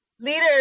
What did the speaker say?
leaders